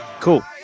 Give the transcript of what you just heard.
Cool